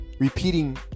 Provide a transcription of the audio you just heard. Repeating